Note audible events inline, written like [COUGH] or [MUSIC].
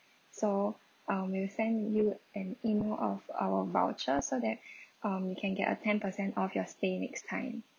so I will send you an email of our voucher so that [BREATH] um you can get a ten percent off your stay next time